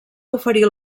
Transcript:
oferir